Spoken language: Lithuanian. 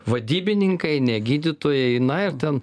vadybininkai ne gydytojai na ir ten